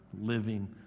living